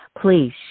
Please